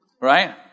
right